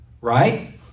right